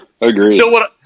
agree